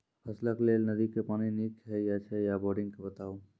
फसलक लेल नदी के पानि नीक हे छै या बोरिंग के बताऊ?